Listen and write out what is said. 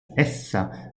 essa